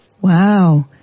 Wow